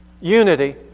unity